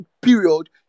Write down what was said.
period